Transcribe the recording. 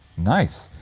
nice.